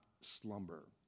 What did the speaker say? slumber